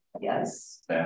Yes